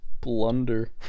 blunder